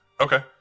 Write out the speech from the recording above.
Okay